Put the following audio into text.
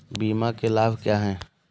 बीमा के लाभ क्या हैं?